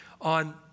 on